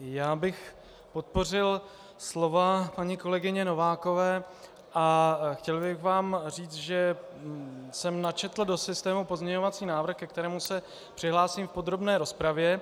Já bych podpořil slova paní kolegyně Novákové a chtěl bych vám říct, že jsem načetl do systému pozměňovací návrh, ke kterému se přihlásím v podrobné rozpravě.